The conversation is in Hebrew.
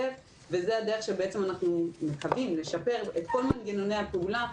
ודרך זה אנחנו מקווים לשפר את כל מנגנוני הפעולה.